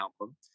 album